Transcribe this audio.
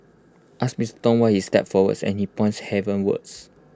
ask Mister Tong why he stepped forward and he points heavenwards